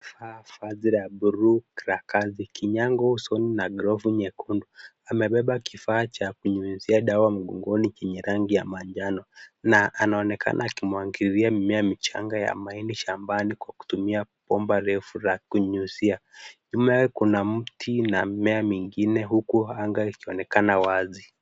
Amevaa vazi la buluu la kazi, kinyago usoni na glovu nyekundu. Amebeba kifaa cha kunyunyizia dawa mgongoni chenye rangi ya manjano na anaonekana akimwagilia mimea michanga ya mahindi shambani kwa kutumia bomba refu la kunyunyizia. Nyuma yake kuna mti na mimea mingine huku anga likionekana wazi.